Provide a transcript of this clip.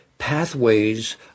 pathways